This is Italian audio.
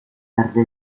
perde